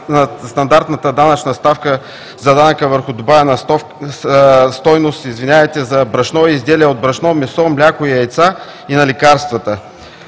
на стандартната данъчна ставка за данъка върху добавената стойност за брашно, изделия от брашно, месо, мляко и яйца, и на лекарствата.